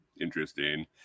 Interesting